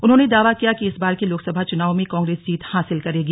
उन्होंने दावा किया कि इस बार के लोकसभा चुनाव में कांग्रेस जीत हासिल करेगी